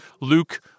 Luke